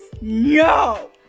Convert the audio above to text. No